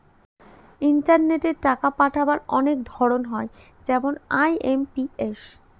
ইন্টারনেটে টাকা পাঠাবার অনেক ধরন হয় যেমন আই.এম.পি.এস